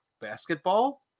basketball